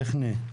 טכני?